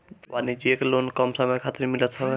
वाणिज्यिक लोन कम समय खातिर मिलत हवे